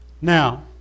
now